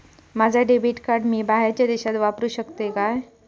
माझा debit card मी बाहेरच्या देशात वापरू शकतय काय?